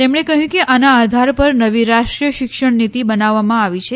તેમણે કહ્યું કે આના આધાર પર નવી રાષ્ટ્રીય શિક્ષણ નીતી બનાવવામાં આવી છે